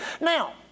Now